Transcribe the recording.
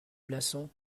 blassans